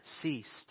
ceased